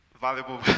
valuable